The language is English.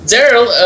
Daryl